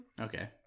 Okay